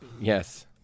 Yes